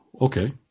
okay